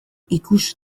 ikus